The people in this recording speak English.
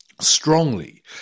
strongly